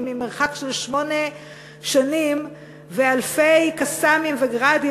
ממרחק של שמונה שנים ואלפי "קסאמים" ו"גראדים"